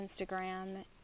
Instagram